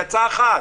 יצאה אחת.